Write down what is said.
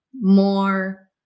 more